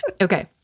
okay